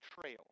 trail